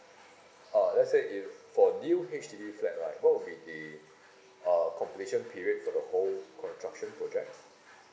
uh let's say if for new H_D_B flat right what will be the uh completion period for the whole construction project